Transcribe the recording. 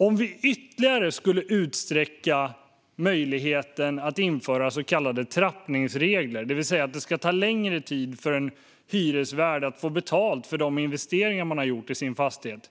Om vi ytterligare skulle utsträcka möjligheten att införa så kallade trappningsregler, det vill säga att det ska ta längre tid för en hyresvärd att få betalt för de investeringar som gjorts i fastigheten,